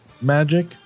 magic